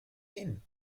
inn